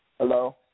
Hello